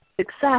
success